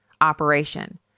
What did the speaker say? operation